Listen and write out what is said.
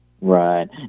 Right